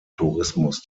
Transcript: tourismus